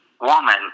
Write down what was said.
woman